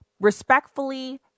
Respectfully